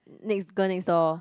next girl next door